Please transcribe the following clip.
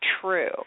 true